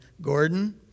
Gordon